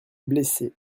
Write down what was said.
blessé